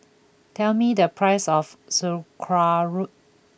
tell me the price of Sauerkraut